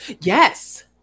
Yes